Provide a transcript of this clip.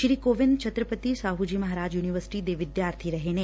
ਸ੍ਰੀ Kovind Chhatrapati Sahu ji Maharaj university ਦੇ ਵਿਦਿਆਰਥੀ ਰਹੇ ਨੇ